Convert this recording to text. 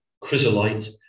chrysolite